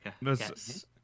Yes